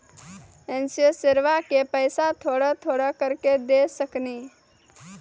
इंश्योरेंसबा के पैसा थोड़ा थोड़ा करके दे सकेनी?